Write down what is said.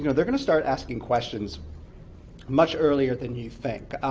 you know they're going to start asking questions much earlier than you think.